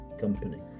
company